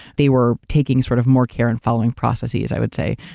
they were taking sort of more care in following processes, i would say.